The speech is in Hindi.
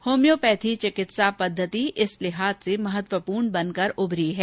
होम्योपैथी चिकित्सा पद्धति इस लिहाज से महत्वपूर्ण बनकर उभरी है